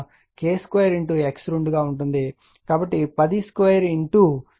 5 15 అవుతుంది